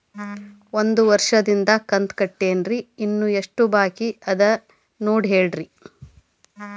ಒಂದು ವರ್ಷದಿಂದ ಕಂತ ಕಟ್ಟೇನ್ರಿ ಇನ್ನು ಎಷ್ಟ ಬಾಕಿ ಅದ ನೋಡಿ ಹೇಳ್ರಿ